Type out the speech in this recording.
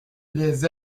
les